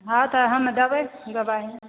हँ तऽ हम देबै दबाइ